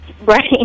Right